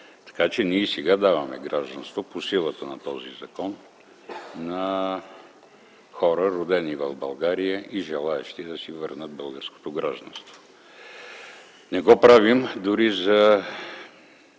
Така че ние и сега даваме гражданство по силата на този закон на хора, родени в България и желаещи да си върнат българското гражданство. По силата на